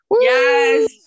Yes